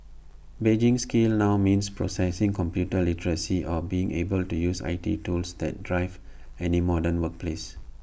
being skilled now means possessing computer literacy or being able to use I T tools that drive any modern workplace